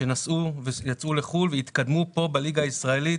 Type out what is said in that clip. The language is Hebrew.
שיצאו לחו"ל והתקדמו פה בליגה הישראלית,